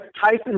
Tyson